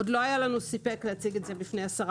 עוד לא היה לנו סיפק להציג את זה בפני השרה